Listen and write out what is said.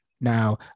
now